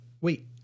Wait